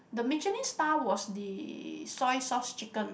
the Michelin Star was the soy sauce chicken